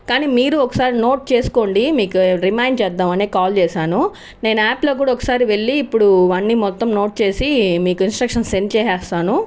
కానీ మీరు ఒకసారి నోట్ చేసుకోండి మీకు రిమైండ్ చేద్దామని కాల్ చేశాను నేను యాప్లో కూడా ఒకసారి వెళ్ళి ఇప్పుడు అన్ని మొత్తం నోట్ చేసి మీకు ఇన్స్ట్రక్షన్స్ సెండ్ చేసేస్తాను